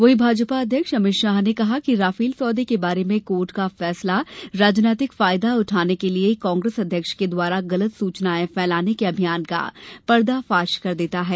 वहीं भाजपा अध्यक्ष अमित शाह ने कहा कि राफेल सौदे के बारे में कोर्ट का फैसला राजनैतिक फायदा उठाने के लिये कांग्रेस अध्यक्ष के द्वारा गलत सुचनायें फैलाने का अभियान का पर्दाफाश कर देता है